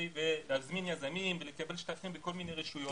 להזמין יזמים ולקבל שטחים בכל מיני רשויות.